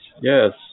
yes